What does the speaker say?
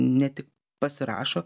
ne tik pasirašo